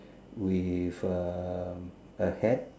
with um a hat